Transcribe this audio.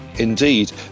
Indeed